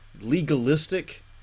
legalistic